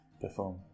perform